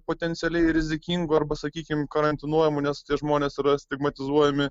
potencialiai rizikingų arba sakykim karantinuojamų nes tie žmonės yra stigmatizuojami